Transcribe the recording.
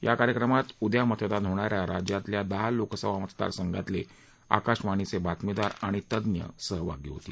या कार्यक्रमात उद्या मतदान होणा या राज्यातल्या दहा लोकसभा मतदार संघातले आकाशवाणीचे बातमीदार आणि तज्ञ सहभागी होतील